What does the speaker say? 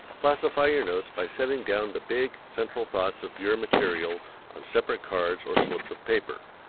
classify your notes by setting down the big, central thoughts of your material on separate cards or slips of paper.